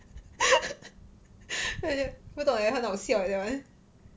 不懂也很好笑 that [one]